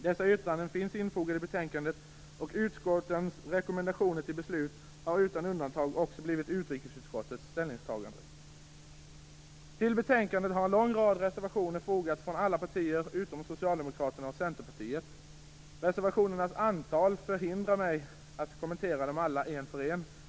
Dessa yttranden finns infogade i betänkandet, och utskottens rekommendationer till beslut har utan undantag blivit utrikesutskottets ställningstagande. Till betänkandet har fogats en lång rad reservationer från alla partier utom Socialdemokraterna och Centerpartiet. Reservationernas antal förhindrar mig att kommentera dem alla var och en för sig.